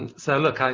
so look, kind of